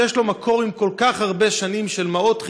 שיש לו מקור של כל כך הרבה שנים עם מעות חטים,